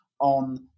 on